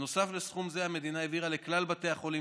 בנוסף לסכום זה המדינה העבירה לכלל בתי החולים